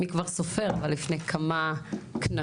מי כבר סופר, אבל לפני כמה כנסות,